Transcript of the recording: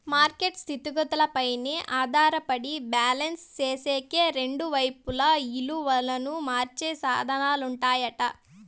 market స్థితిగతులపైనే ఆధారపడి balance సేసేకి రెండు వైపులా ఇలువను మార్చే సాధనాలుంటాయట